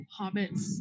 hobbits